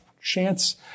chance